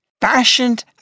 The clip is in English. fashioned